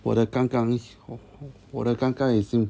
我的刚刚好我的刚刚已经